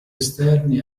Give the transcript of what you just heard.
esterni